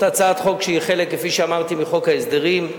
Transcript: זאת הצעה שהיא חלק, כפי שאמרתי, מחוק ההסדרים.